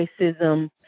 racism